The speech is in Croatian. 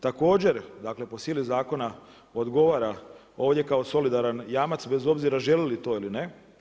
Također, dakle po sili zakona odgovara ovdje kao solidaran jamac bez obzira želi li to ili ne.